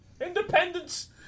Independence